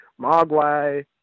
Mogwai